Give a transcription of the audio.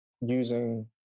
using